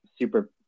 super